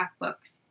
books